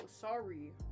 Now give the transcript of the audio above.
Sorry